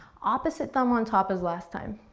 opposite thumb on top as last time,